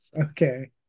Okay